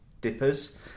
dippers